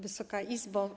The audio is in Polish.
Wysoka Izbo!